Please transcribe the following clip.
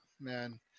man